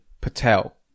patel